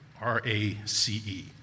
R-A-C-E